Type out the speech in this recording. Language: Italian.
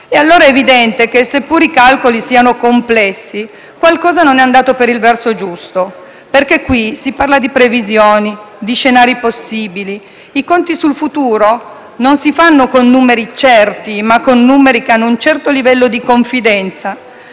È allora evidente che, seppur i calcoli siano complessi, qualcosa non è andato per il verso giusto, perché qui si parla di previsioni, di scenari possibili. I conti sul futuro non si fanno con numeri certi, ma con numeri che hanno un certo livello di confidenza